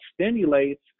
stimulates